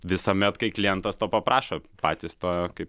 visuomet kai klientas to paprašo patys to kaip